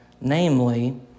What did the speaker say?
namely